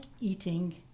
eating